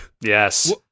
yes